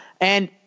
and-